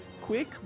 quick